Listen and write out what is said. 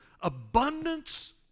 abundance